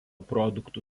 produktų